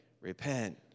Repent